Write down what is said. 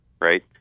Right